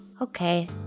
okay